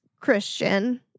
Christian